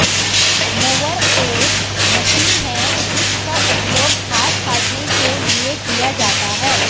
mower एक मशीन है जिसका उपयोग घास काटने के लिए किया जाता है